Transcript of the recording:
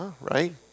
right